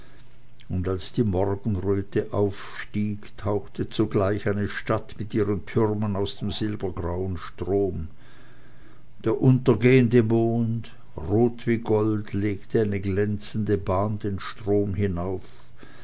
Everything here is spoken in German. und als die morgenröte aufstieg tauchte zugleich eine stadt mit ihren türmen aus dem silbergrauen strome der untergehende mond rot wie gold legte eine glänzende bahn den strom hinauf